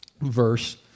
verse